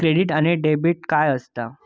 Credit आणि debit काय असता?